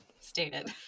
stated